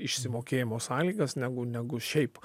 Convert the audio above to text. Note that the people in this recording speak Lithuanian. išsimokėjimo sąlygas negu negu šiaip